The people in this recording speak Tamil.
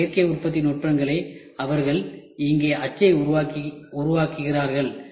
இந்த சேர்க்கை உற்பத்தி நுட்பங்களை அவர்கள் இங்கே அச்சை உருவாக்குகிறார்கள்